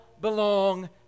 belong